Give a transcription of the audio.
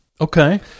Okay